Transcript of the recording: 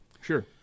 sure